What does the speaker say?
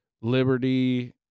liberty